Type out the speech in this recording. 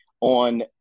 on